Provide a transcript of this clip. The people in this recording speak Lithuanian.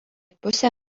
pusę